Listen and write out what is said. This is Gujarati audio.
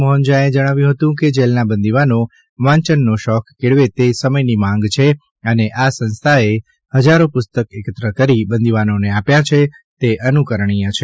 મોહન જ્હાએ જણાવ્યું હતું કે જેલના બંદીવાનો વાંચન શોખ કેળવે તે સમયની માંગ છે અને આ સંસ્થાએ હજારો પુસ્તક એકત્ર કરી બંદીવાનોને આપ્યા છે તે અનુકરણીય છે